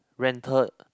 rented